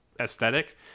aesthetic